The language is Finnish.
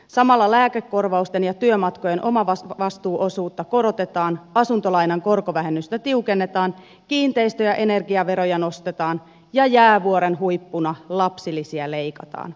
samalla lääkekorvausten ja työmatkojen omavastuuosuutta korotetaan asuntolainan korkovähennystä tiukennetaan kiinteistö ja energiaveroja nostetaan ja jäävuoren huippuna lapsilisiä leikataan